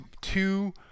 two